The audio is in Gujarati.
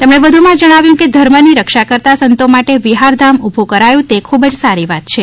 તેમણે વધુમાં જણાવ્યું કે ધર્મની રક્ષા કરતા સંતો માટે વિહાર ધામ ઉભુ કરાયુ તે ખૂબ સારી વાત છે